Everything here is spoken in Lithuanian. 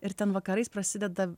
ir ten vakarais prasideda